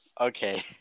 Okay